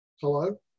Hello